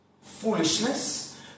foolishness